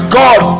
god